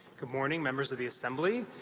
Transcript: good morning, members of the assembly.